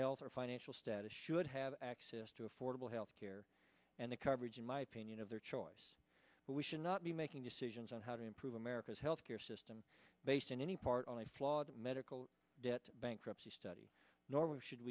health or financial status should have access to affordable health care and the coverage in my opinion of their choice but we should not be making decisions on how to improve america's health care system based in any part on a flawed medical debt bankruptcy study nor will should